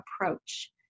approach